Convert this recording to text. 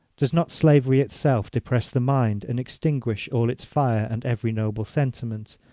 does not slavery itself depress the mind, and extinguish all its fire and every noble sentiment?